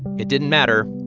it didn't matter.